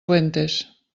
fuentes